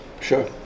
Sure